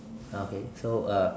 ah okay so uh